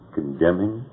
condemning